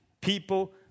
people